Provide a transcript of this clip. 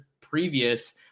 previous